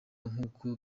nk’uko